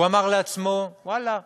הוא אמר לעצמו: ואללה,